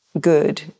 good